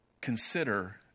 consider